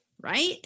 right